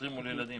שוטרים מול ילדים.